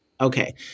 okay